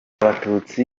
abatutsi